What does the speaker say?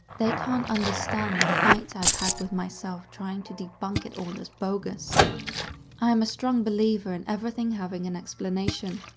they can't understand the fight i've had with myself trying to debunk it all as bogus i am a strong believer in everything having an explanation,